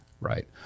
right